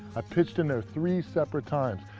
i pitched in there three separate times.